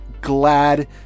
glad